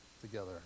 together